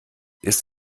ist